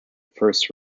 first